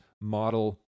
model